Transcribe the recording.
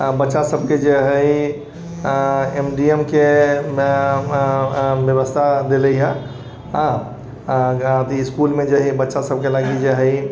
बच्चा सभके जे हइ एम डी एम के व्यवस्था भेलै है हँ इसकुलमे जे हइ बच्चा सभके लागि जे हइ